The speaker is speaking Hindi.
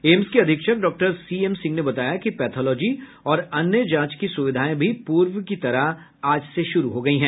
एम्स के अधीक्षक डॉक्टर सीएम सिंह ने बताया कि पैथोलॉजी और अन्य जांच की सुविधाएं भी पूर्व की तरह आज से शुरू हो गयी हैं